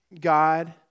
God